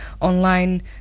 online